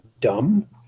dumb